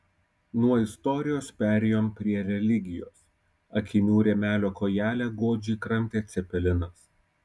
nuo istorijos perėjom prie religijos akinių rėmelio kojelę godžiai kramtė cepelinas